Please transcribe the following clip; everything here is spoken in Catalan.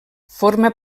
forma